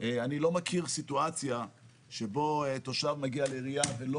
אני לא מכיר סיטואציה שבה תושב מגיע לעירייה ולא